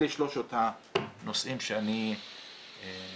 אלה שלושת הנושאים שאני מעלה.